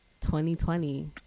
2020